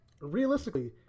Realistically